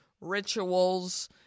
rituals